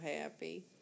happy